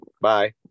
Bye